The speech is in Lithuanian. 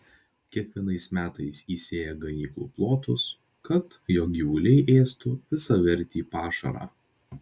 kiekvienais metais įsėja ganyklų plotus kad jo gyvuliai ėstų visavertį pašarą